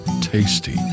tasty